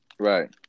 Right